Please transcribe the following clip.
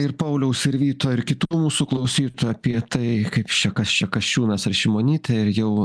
ir pauliaus ir vyto ir kitų mūsų klausytojų apie tai kaip čia kas čia kasčiūnas ar šimonytė ir jau